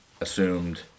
assumed